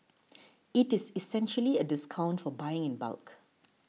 it is essentially a discount for buying in bulk